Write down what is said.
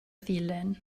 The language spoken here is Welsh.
ddulyn